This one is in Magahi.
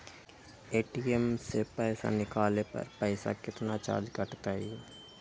ए.टी.एम से पईसा निकाले पर पईसा केतना चार्ज कटतई?